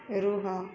ରୁହ